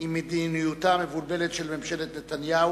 היא של סיעת קדימה: מדיניותה המבולבלת של ממשלת נתניהו.